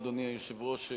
אדוני היושב-ראש,